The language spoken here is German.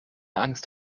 angst